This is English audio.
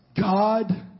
God